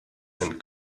and